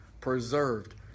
preserved